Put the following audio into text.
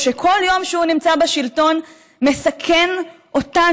ושכל יום שהוא נמצא בשלטון מסכן אותנו,